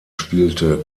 spielte